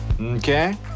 Okay